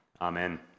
Amen